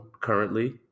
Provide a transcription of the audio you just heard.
currently